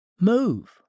Move